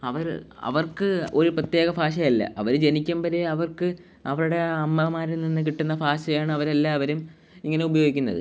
അവർ അവർക്ക് ഒരു പ്രത്യേക ഭാഷയല്ല അവർ ജനിക്കുമ്പഴേ അവർക്ക് അവരുടെ അമ്മമാരിൽനിന്ന് കിട്ടുന്ന ഭാഷയാണവരെല്ലാവരും ഇങ്ങനെ ഉപയോഗിക്കുന്നത്